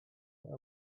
mój